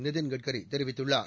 நிதின் கட்கரி தெரிவித்துள்ளார்